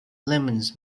lemons